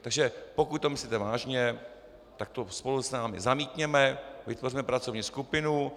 Takže pokud to myslíte vážně, tak to spolu s námi zamítněte, vytvořme pracovní skupinu.